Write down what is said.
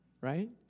right